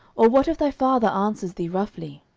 or what if thy father answer thee roughly?